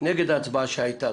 הוא נגד ההצבעה שהייתה.